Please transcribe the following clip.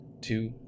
two